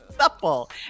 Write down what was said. supple